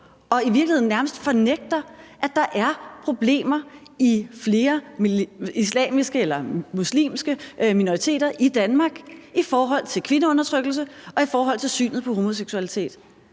og i virkeligheden fornægter han nærmest, at der er problemer i forhold til flere muslimske minoriteter i Danmark i forhold til kvindeundertrykkelse og i forhold til synet på homoseksualitet.